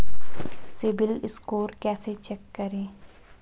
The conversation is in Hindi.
सिबिल स्कोर कैसे चेक करें?